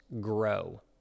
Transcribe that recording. grow